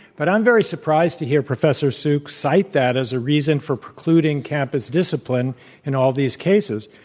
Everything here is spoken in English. but i'm very surprised to hear professor suk cite that as a reason for precluding campus discipline in all these cases.